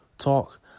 talk